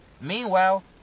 Meanwhile